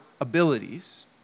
abilities